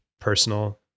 personal